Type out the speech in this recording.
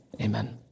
Amen